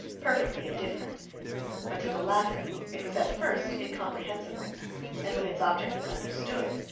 perfectly indifferent but to the latter it was at first incomprehensible and when its object was understood,